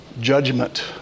judgment